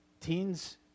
Teens